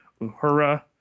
Uhura